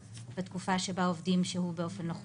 בתקופה שבה עובדים שהו באופן לא חוקי.